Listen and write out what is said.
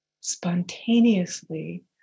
spontaneously